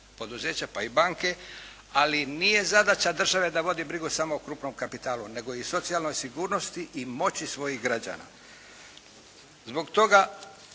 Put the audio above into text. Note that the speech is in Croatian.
poduzeća pa i banke, ali nije zadaća države da vodi brigu samo o krupnom kapitalu nego i socijalnoj sigurnosti i moći svojih građana. Zbog toga